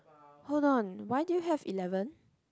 hold on why do you have eleven